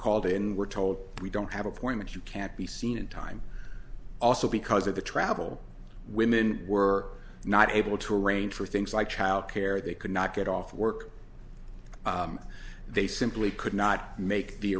called in were told we don't have appointments you can't be seen in time also because of the travel women were not able to arrange for things like childcare they could not get off work they simply could not make the